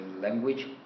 language